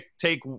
take